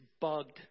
bugged